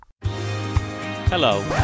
Hello